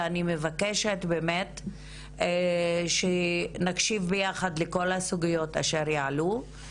ואני מבקשת באמת שנקשיב ביחד לכל הסוגיות אשר יעלו.